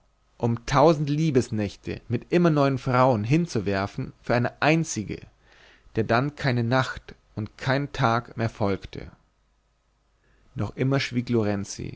um tausend liebesnächte mit immer neuen frauen hinzuwerfen für eine einzige der dann keine nacht und kein tag mehr folgte noch immer schwieg